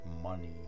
money